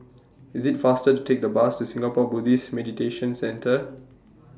IS IT faster to Take The Bus to Singapore Buddhist Meditation Centre